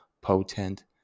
potent